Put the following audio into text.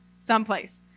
someplace